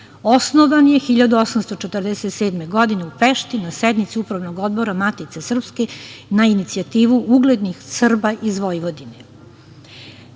Osnovan je 1847. godine u Pešti, na sednici Upravnog odbora Matice srpske na inicijativu uglednih Srba iz Vojvodine. Na